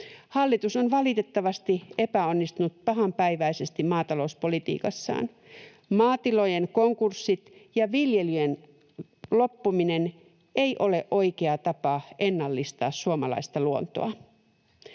Hallitus on valitettavasti epäonnistunut pahanpäiväisesti maatalouspolitiikassaan. Maatilojen konkurssit ja viljelyjen loppuminen ei ole oikea tapa ennallistaa suomalaista luontoa.